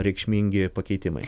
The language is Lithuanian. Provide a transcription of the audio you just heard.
reikšmingi pakeitimai